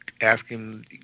asking